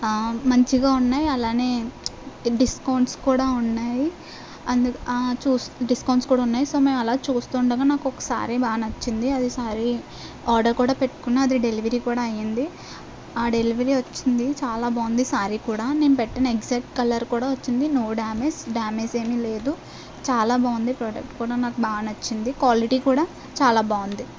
మంచిగా ఉన్నాయి అలానే డిస్కౌంట్స్ కూడా ఉన్నాయి అందు చూస్తూనే డిస్కౌంట్స్ కూడా ఉన్నాయి మేము అలా చూస్తుండగా నాకు ఒక సారీ బాగా నచ్చింది అది సారీ ఆర్డర్ కూడా పెట్టుకున్న అది డెలివరీ కూడా అయింది ఆ డెలివరీ వచ్చింది చాలా బాగుంది సారీ కూడా నేను పెట్టిన ఎగ్సాక్ట్ కలర్ కూడా వచ్చింది నో డ్యామేజ్ డ్యామేజ్ ఏమీ లేదు చాలా బాగుంది ప్రోడక్ట్ కూడా నాకు బాగా నచ్చింది క్వాలిటీ కూడా చాలా బాగుంది